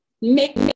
make